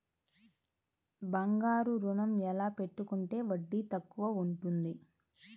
బంగారు ఋణం ఎలా పెట్టుకుంటే వడ్డీ తక్కువ ఉంటుంది?